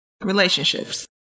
relationships